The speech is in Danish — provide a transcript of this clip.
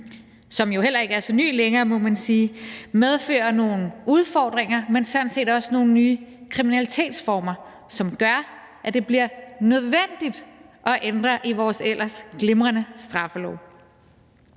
som heller ikke er så ny længere, må man sige – medfører nogle udfordringer og sådan set også nogle nye kriminalitetsformer, som gør, at det bliver nødvendigt at ændre i vores ellers glimrende straffelov.